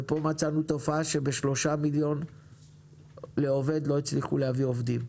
ואילו פה מצאנו תופעה שב-3 מיליון שקלים לעובד לא הצליחו להביא עובדים.